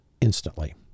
instantly